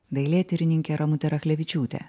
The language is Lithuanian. dailėtyrininkė ramutė rachlevičiūtė